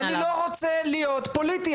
אני לא רוצה להיות פוליטי,